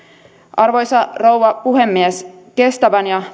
arvoisa rouva puhemies kestävän ja